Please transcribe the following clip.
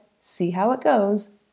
see-how-it-goes